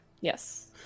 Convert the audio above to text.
Yes